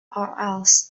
urls